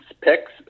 picks